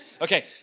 Okay